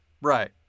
right